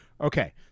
Okay